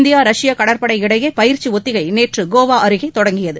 India Russia கடற்படை இடையே பயிற்சி ஒத்திகை நேற்று கோவா அருகே தொடங்கியது